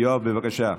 יואב, בבקשה.